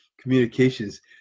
communications